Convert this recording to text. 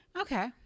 Okay